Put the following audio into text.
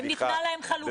והאם ניתנה להם חלופה?